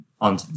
on